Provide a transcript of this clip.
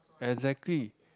exactly